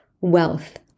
Wealth